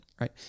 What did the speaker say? right